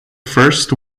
first